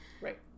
Right